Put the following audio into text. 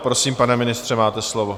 Prosím, pane ministře, máte slovo.